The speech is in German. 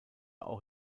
auch